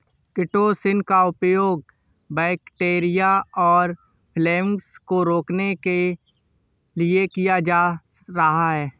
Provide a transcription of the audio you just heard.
chitosan का प्रयोग bacteria और फँगस को रोकने के लिए किया जा रहा है